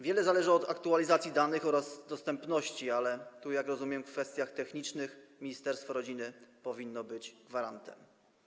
Wiele zależy od aktualizacji danych oraz dostępności, ale tu, jak rozumiem, w kwestiach technicznych ministerstwo rodziny powinno być gwarantem.